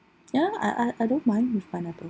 ya I I I don't mind with pineapple